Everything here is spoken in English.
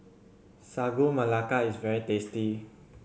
Sagu Melaka is very tasty